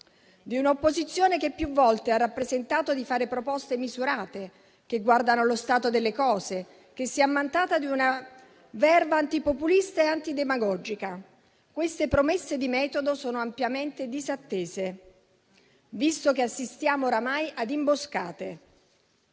di un'opposizione che più volte ha rappresentato di fare proposte misurate, che guardano allo stato delle cose, che si è ammantata di una *verve* anti-populista e anti-demagogica. Queste promesse di metodo sono ampiamente disattese, visto che assistiamo oramai a imboscate.